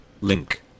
Link